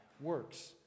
works